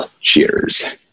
Cheers